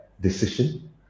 decision